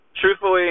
truthfully